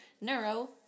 Neuro